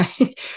right